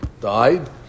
died